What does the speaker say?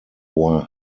bois